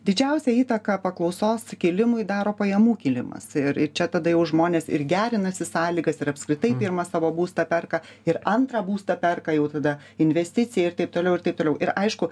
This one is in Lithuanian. didžiausią įtaką paklausos kilimui daro pajamų kilimas ir čia tada jau žmonės ir gerinasi sąlygas ir apskritai pirmą savo būstą perka ir antrą būstą perka jau tada investicija ir taip toliau ir taip toliau ir aišku